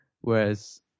Whereas